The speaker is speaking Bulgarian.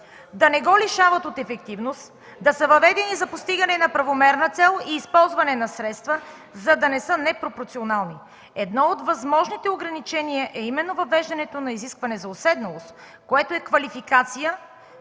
да не го лишават от ефективност, да са въведени за постигане на правомерна цел и използване на средства, за да не са непропорционални. Едно от възможните ограничения е именно въвеждането на изискване за уседналост, което е квалификация,